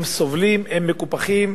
הם סובלים והם מקופחים.